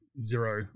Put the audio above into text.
zero